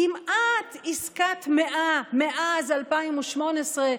כמעט עסקת המאה מאז 2018,